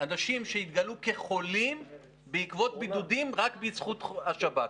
אנשים שהתגלו כחולים בעקבות בידודים רק בזכות השב"כ.